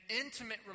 intimate